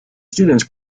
students